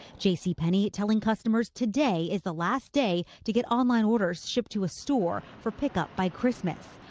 jcpenney telling customers today is the last day to get online orders shipped to a store for pickup by christmas.